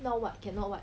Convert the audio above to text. now what cannot [what]